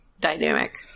dynamic